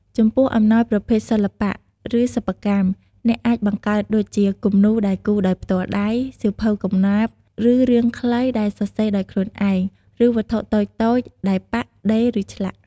ចំពោះអំណោយប្រភេទសិល្បៈ ឬសិប្បកម្ម អ្នកអាចបង្កើតដូចជា គំនូរដែលគូរដោយផ្ទាល់ដៃ សៀវភៅកំណាព្យ ឬរឿងខ្លីដែលសរសេរដោយខ្លួនឯង ឬវត្ថុតូចៗដែលប៉ាក់ ដេរ ឬឆ្លាក់។